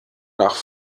nach